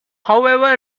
however